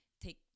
take